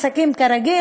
עסקים כרגיל,